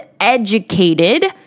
educated